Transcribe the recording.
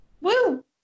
Woo